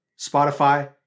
Spotify